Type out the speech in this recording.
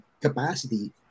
capacity